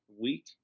week